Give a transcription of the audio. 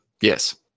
Yes